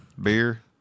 beer